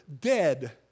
dead